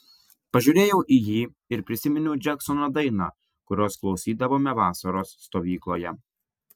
pažiūrėjau į jį ir prisiminiau džeksono dainą kurios klausydavome vasaros stovykloje